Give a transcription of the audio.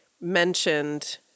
mentioned